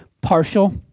partial